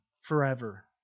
forever